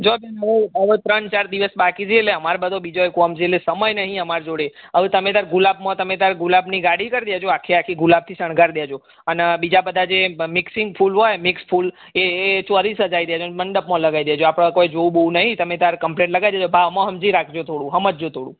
જુઓ બેન હવે હવે ત્રણ ચાર દિવસ બાકી છે એટલે અમારે બધાં બીજાય કામ છે એટલે સમય નથી અમારી જોડે હવે તમે તાર ગુલાબમાં તમે તાર ગુલાબની ગાડી કરી દેજો આખે આખી ગુલાબથી શણગારી દેજો અને બીજા બધા જે મિક્ષિન્ગ ફૂલ હોય મિક્સ ફૂલ હોય એ એ ચૌરી સજાવી દેજો અને મંડપમાં લગાવી દેજો આપણે કાંઈ જોવું બોવું નથી તમે તાર કંપ્લેટ લગાવી દેજો ભાવમાં સમજી રાખજો થોડું સમજજો થોડું